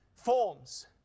forms